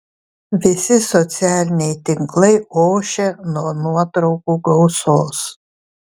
visi socialiniai tinklai ošia nuo nuotraukų gausos